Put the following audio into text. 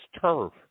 turf